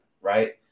Right